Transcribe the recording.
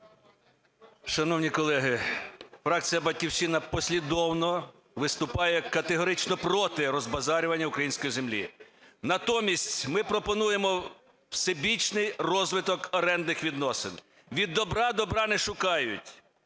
Шановні колеги, фракція "Батьківщина" послідовно виступає категорично проти розбазарювання української землі. Натомість ми пропонуємо всебічний розвиток орендних відносин. Від добра, добра не шукають,